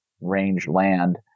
rangeland